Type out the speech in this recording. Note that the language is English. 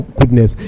goodness